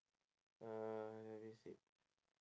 uh I see